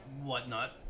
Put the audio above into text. whatnot